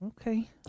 Okay